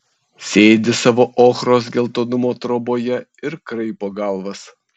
sėdi savo ochros geltonumo troboje ir kraipo galvas